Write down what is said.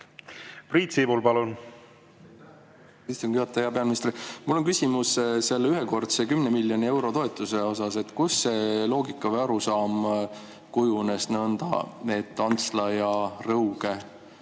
Priit Sibul, palun!